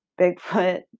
Bigfoot